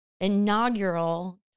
inaugural